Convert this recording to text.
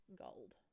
gold